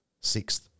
sixth